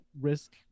risk